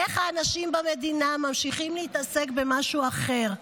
איך האנשים במדינה ממשיכים להתעסק במשהו אחר?